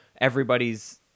everybody's